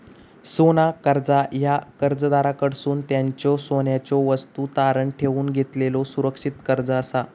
सोना कर्जा ह्या कर्जदाराकडसून त्यांच्यो सोन्याच्यो वस्तू तारण ठेवून घेतलेलो सुरक्षित कर्जा असा